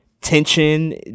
tension